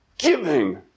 giving